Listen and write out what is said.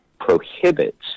prohibits